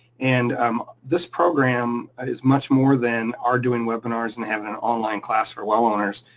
and um this program is much more than our doing webinars and having online class for a well owners.